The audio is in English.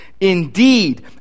Indeed